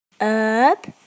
Up